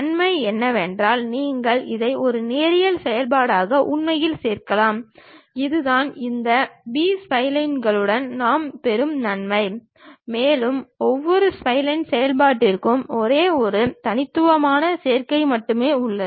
நன்மை என்னவென்றால் நீங்கள் இதை ஒரு நேரியல் செயல்பாடாக உண்மையில் சேர்க்கலாம் இதுதான் இந்த பி ஸ்ப்லைன்களுடன் நாம் பெறும் நன்மை மேலும் ஒவ்வொரு ஸ்ப்லைன் செயல்பாட்டிற்கும் ஒரே ஒரு தனித்துவமான சேர்க்கை மட்டுமே உள்ளது